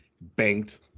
banked